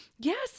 yes